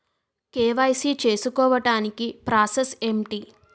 KYC చేసుకోవటానికి process ఏంటి?